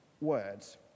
words